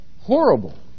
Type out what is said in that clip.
horrible